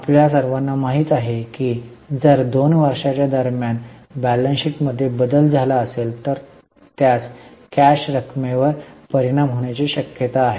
आपल्या सर्वांना हे माहित आहे की जर 2 वर्षांच्या दरम्यान ताळेबंदात बदल झाला असेल तर त्यास कॅश रकमेवर परिणाम होण्याची शक्यता आहे